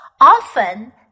often